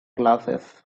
glasses